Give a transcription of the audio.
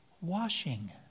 Washing